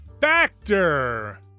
factor